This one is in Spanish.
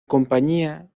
compañía